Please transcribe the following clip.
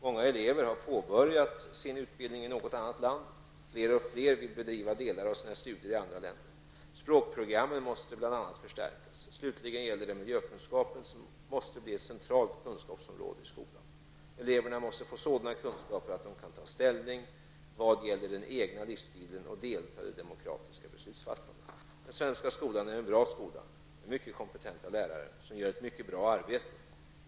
Många elever har påbörjat sin utbildning i något annat land, och fler och fler vill bedriva delar av sina studier i andra länder. Språkprogrammen måste bl.a. förstärkas. Slutligen gäller det miljökunskap, som måste bli ett centralt kunskapsområde i skolan. Eleverna måste få sådana kunskaper att de kan ta ställning vad gäller den egna livsstilen och delta i det demokratiska beslutsfattandet. Den svenska skolan är en bra skola med mycket kompetenta lärare som gör ett mycket bra arbete.